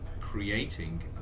creating